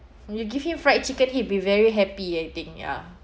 you give him fried chicken he'd be very happy I think